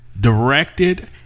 directed